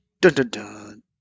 Dun-dun-dun